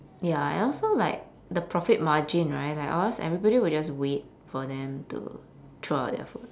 ya and also like the profit margin right like or else everybody will just wait for them to throw out their food